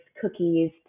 cookies